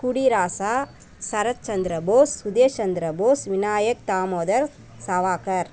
குடி ராசா சரத் சந்திரபோஸ் சுதேஷ் சந்திரபோஸ் விநாயக் தாமோதர் சாவாகர்